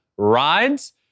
Rides